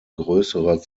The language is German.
größere